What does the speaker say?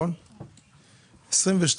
אבל ב-2022,